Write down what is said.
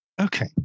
Okay